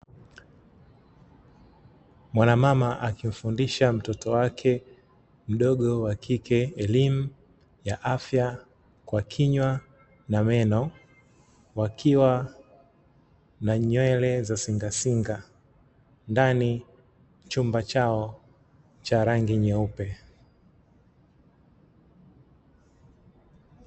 Mwanamama akimfundisha mtoto wake mdogo wakike elimu ya afya kwa kinywa na meno, wakiwa na nywele za singasinga ndani chumba chao cha rangi nyeupe.